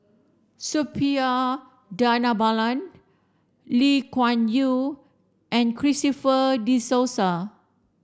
Suppiah Dhanabalan Lee Kuan Yew and Christopher De Souza